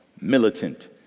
militant